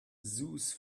zoos